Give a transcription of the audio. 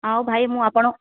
ଆଉ ଭାଇ ମୁଁ ଆପଣ